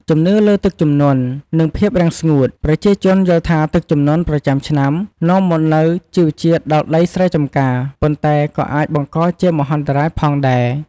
ជំនឿលើទឹកជំនន់ និងភាពរាំងស្ងួត ប្រជាជនយល់ថាទឹកជំនន់ប្រចាំឆ្នាំនាំមកនូវជីជាតិដល់ដីស្រែចម្ការ ប៉ុន្តែក៏អាចបង្កជាមហន្តរាយផងដែរ។